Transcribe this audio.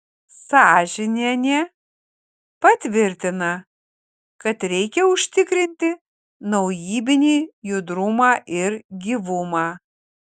sažinienė pavirtina kad reikia užtikrinti naujybinį judrumą ir gyvumą